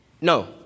No